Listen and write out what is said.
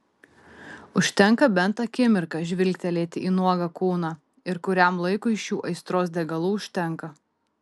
užtenka bent akimirką žvilgtelėti į nuogą kūną ir kuriam laikui šių aistros degalų užtenka